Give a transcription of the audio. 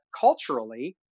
culturally